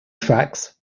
tracks